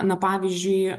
na pavyzdžiui